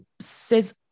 says